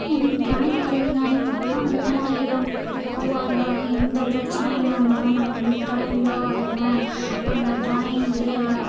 எனக்கு ட்ராயிங் வரைகிறதுனாலே பிடிக்கும் அதனால நான் எப் எதுவாக இருந்தாலும் எந்த பிரச்சினைகளா இருந்தாலும் நான் வந்து ட்ராயிங் தான் வரைவேன் அந்த ட்ராயிங்லேயே எல்லா